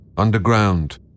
underground